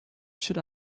should